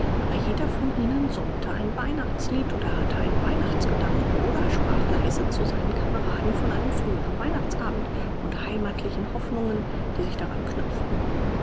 aber jeder von ihnen summte ein weihnachtslied oder hatte einen weihnachtsgedanken oder sprach leise zu seinen kameraden von einem früheren weihnachtsabend und heimatlichen hoffnungen die sich daran knüpften